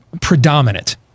predominant